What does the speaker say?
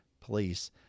police